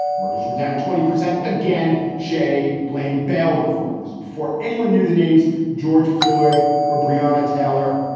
murders were down twenty percent. again, shea blamed bell reforms before anyone knew the names. george floyd or briona taylor.